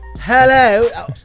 Hello